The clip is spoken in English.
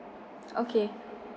okay